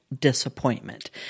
disappointment